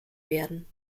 werden